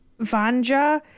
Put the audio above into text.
Vanja